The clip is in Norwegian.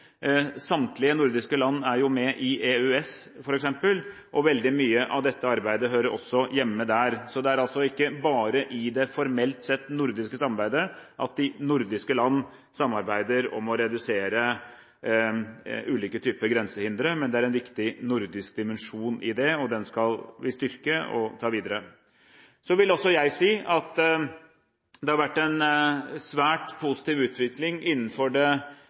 Samtlige nordiske land er med i EØS, f.eks., og veldig mye av dette arbeidet hører hjemme der. Det er altså ikke bare i det formelt sett nordiske samarbeidet de nordiske land samarbeider om å redusere ulike typer grensehindre, men det er en viktig nordisk dimensjon i det. Den skal vi styrke og ta videre. Så vil også jeg si at det har vært en svært positiv utvikling innenfor det